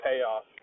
payoff